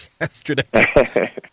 yesterday